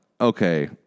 okay